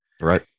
Right